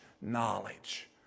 knowledge